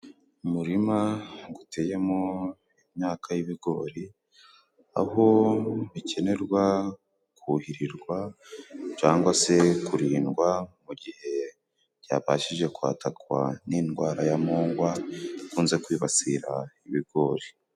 Umurima guteyemo imyaka y'ibigori aho bikenerwa kuhirirwa cangwa se kurindwa mu gihe cyabashije kwatakwa n'indwara ya nkongwa ikunze kwibasira ibigori.